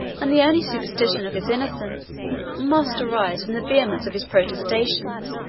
and the only suspicion of his innocence must arise from the vehemence of his protestations,